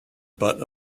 butt